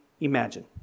imagine